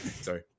Sorry